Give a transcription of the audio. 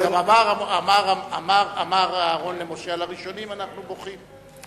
אבל אמר אהרן למשה, על הראשונים אנחנו בוכים.